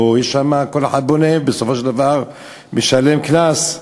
הלוא שם כל אחד בונה, ובסופו של דבר משלם קנס.